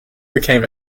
became